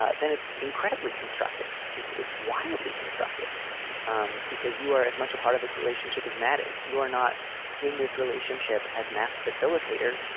ah then it's incredibly constructive. it's it's wildly constructive um because you are as much a part of this relationship as matt is. you are not in this relationship as matt's facilitator.